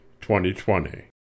2020